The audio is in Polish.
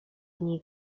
niej